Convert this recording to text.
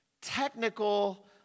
technical